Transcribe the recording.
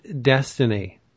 Destiny